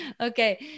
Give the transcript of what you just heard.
Okay